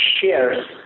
shares